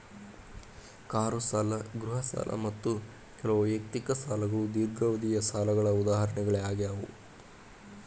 car ಸಾಲ ಗೃಹ ಸಾಲ ಮತ್ತ ಕೆಲವು ವೈಯಕ್ತಿಕ ಸಾಲಗಳು ದೇರ್ಘಾವಧಿಯ ಸಾಲಗಳ ಉದಾಹರಣೆಗಳಾಗ್ಯಾವ